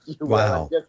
Wow